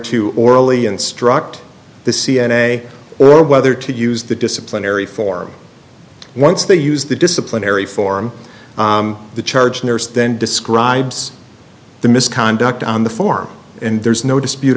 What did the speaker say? to orally instruct the c n a or whether to use the disciplinary for once they use the disciplinary form the charge nurse then describes the misconduct on the form and there's no dispute